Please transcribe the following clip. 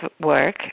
work